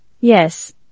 yes